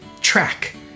track